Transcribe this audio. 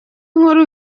nkuru